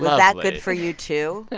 that good for you too,